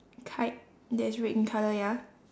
kite that is red in colour ya